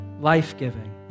Life-giving